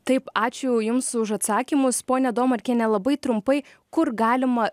taip ačiū jums už atsakymus pone domarkiene labai trumpai kur galima